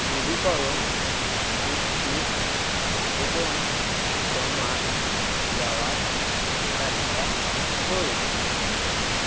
নবীকরণ বৃত্তির আবেদন জমা দেওয়ার তালিকা করুন